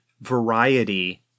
variety